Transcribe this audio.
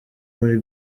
muri